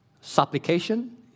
supplication